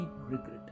regret